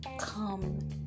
come